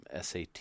SAT